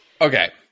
okay